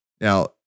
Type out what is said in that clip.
Now